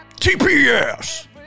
TPS